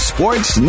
Sports